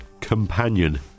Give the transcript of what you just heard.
Companion